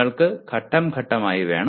നിങ്ങൾക്ക് ഘട്ടം ഘട്ടമായി വേണം